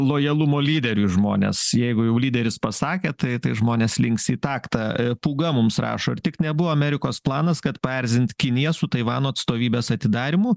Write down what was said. lojalumo lyderiui žmonės jeigu jau lyderis pasakė tai tai žmonės links į taktą pūga mums rašo ar tik nebuvo amerikos planas kad paerzint kiniją su taivano atstovybės atidarymu